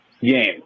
game